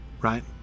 Right